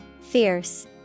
Fierce